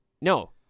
No